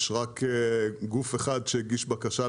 יש רק גוף אחד שהגיש בקשה,